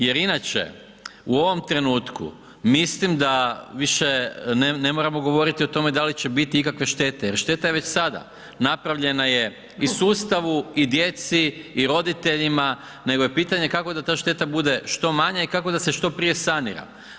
Jer inače u ovom trenutku mislim da više ne moramo govoriti o tome da li će biti ikakve štete jer šteta je već sada napravljena je i sustavu i djeci i roditeljima, nego je pitanje kako da ta šteta bude što manja i kako da se što prije sanira.